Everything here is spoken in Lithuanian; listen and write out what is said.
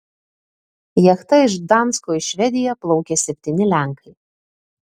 jachta iš gdansko į švediją plaukė septyni lenkai